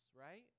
right